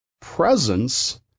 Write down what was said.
presence